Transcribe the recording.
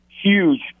huge